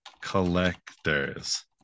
Collectors